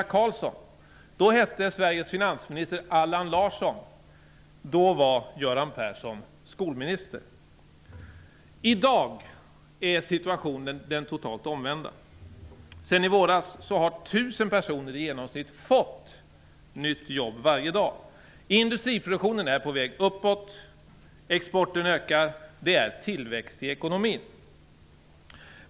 I dag är situationen den totalt omvända. Sedan i våras har 1 000 personer i genomsnitt fått jobb varje dag. Industriproduktionen är på väg uppåt, exporten ökar och det är tillväxt i ekonomin.